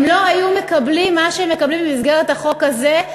הם לא היו מקבלים מה שהם מקבלים במסגרת החוק הזה,